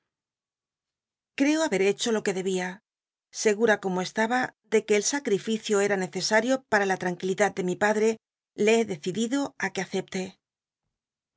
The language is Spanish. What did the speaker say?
creo haber hecho lo que debía segura como estaba de que el sacl'ifacio era ncccsmio para la tranquilidad de mi padre le he decidido i que acepte